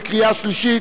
בקריאה שלישית.